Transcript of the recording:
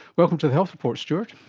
welcome to the health report, stuart.